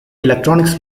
electronics